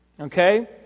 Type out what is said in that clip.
Okay